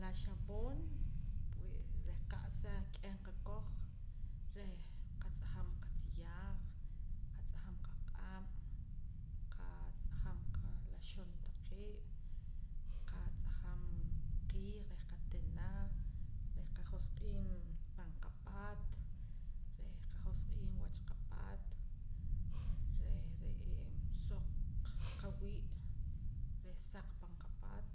La xaboon pue reh qa'sa k'eh nqakoj reh qatz'ajam qatziyaaq qatz'ajam qaq'ab' qatz'ajam qa la xun taqee' qatz'ajam qiij reh qatina reh qajosq'iim pan qapaat reh qajosq'iim wach qapaat reh re'ee soq qawii' reh saq pan qapaat